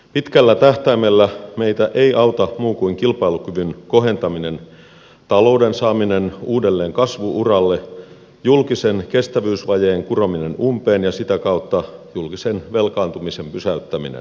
pitkällä tähtäimellä meitä ei auta muu kuin kilpailukyvyn kohentaminen talouden saaminen uudelleen kasvu uralle julkisen kestävyysvajeen kurominen umpeen ja sitä kautta julkisen velkaantumisen pysäyttäminen